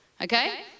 okay